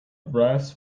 brass